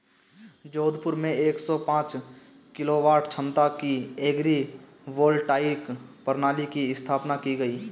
जोधपुर में एक सौ पांच किलोवाट क्षमता की एग्री वोल्टाइक प्रणाली की स्थापना की गयी